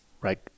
right